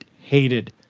hated